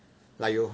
like you